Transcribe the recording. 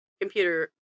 computer